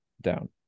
down